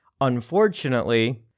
Unfortunately